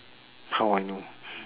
how I know